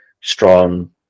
strong